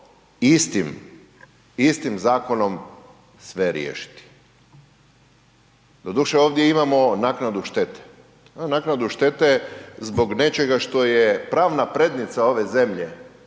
istim zakonom sve riješiti. Doduše ovdje imamo naknadu štete, imamo naknadu štete zbog nečega što je pravna prednica ove zemlje